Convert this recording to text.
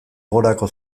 gorako